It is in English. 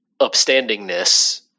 upstandingness